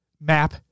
map